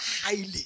highly